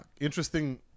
interesting